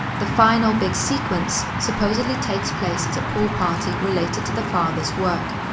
the final big sequence supposedly takes place at a pool party related to the father's work.